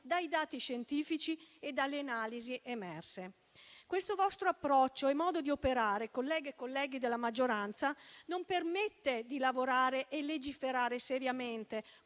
dai dati scientifici e dalle analisi emerse. Il vostro approccio e il vostro modo di operare - colleghe e colleghi della maggioranza - non permettono di lavorare e legiferare seriamente